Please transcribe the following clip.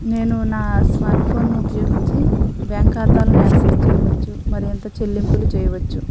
నేను నా స్మార్ట్ ఫోన్ను ఉపయోగించి బ్యాంక్ ఖాతాలను యాక్సిస్ చేయవచ్చు మరింత చెల్లింపులు చేయవచ్చు